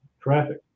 traffic